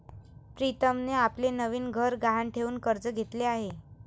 प्रीतमने आपले नवीन घर गहाण ठेवून कर्ज घेतले आहे